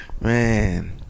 Man